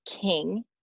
king